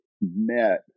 met